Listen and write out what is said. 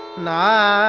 nine